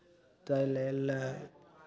ताहि लेल